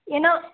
ஏன்னா